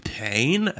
pain